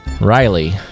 Riley